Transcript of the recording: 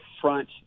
front